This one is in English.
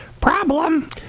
Problem